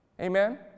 Amen